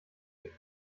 durch